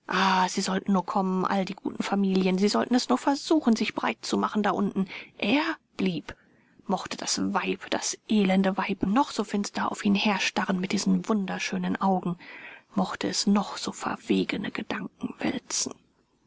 sie sollten nur kommen alle die guten familien sie sollten es nur versuchen sich breit zu machen da unten er blieb mochte das weib das elende weib noch so finster auf ihn herstarren mit diesen wunderschönen augen mochte es noch so verwegene gedanken